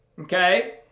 okay